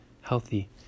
healthy